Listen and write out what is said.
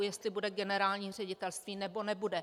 Jestli bude generální ředitelství, nebo nebude.